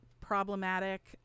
problematic